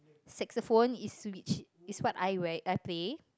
Saxophone is which is what I w~ I play